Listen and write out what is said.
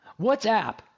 WhatsApp